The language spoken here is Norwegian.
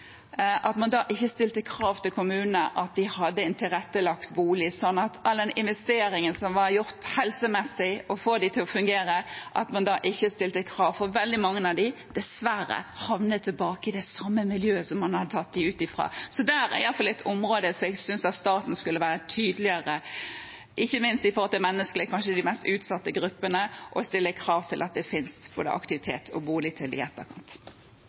ikke stilte krav til kommunene om å ha en tilrettelagt bolig – at man på bakgrunn av all den investeringen, som var gjort helsemessig for å få det til å fungere, ikke stilte krav, for veldig mange havner dessverre tilbake i det samme miljøet som man har tatt dem ut fra. Det er i alle fall et område der jeg synes at staten skulle være tydeligere – ikke minst menneskelig med hensyn til de kanskje mest utsatte gruppene – og stille krav om at det finnes både aktivitet og bolig til dem i etterkant.